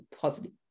positive